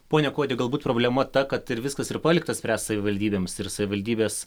pone kuodi galbūt problema ta kad ir viskas ir palikta spręst savivaldybėms ir savivaldybės